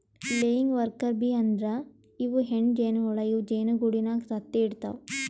laying worker bee ಅಂದ್ರ ಇವ್ ಹೆಣ್ಣ್ ಜೇನಹುಳ ಇವ್ ಜೇನಿಗೂಡಿನಾಗ್ ತತ್ತಿ ಇಡತವ್